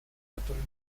который